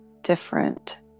different